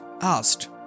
asked